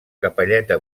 capelleta